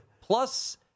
plus